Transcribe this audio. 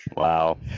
Wow